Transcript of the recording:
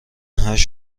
هشت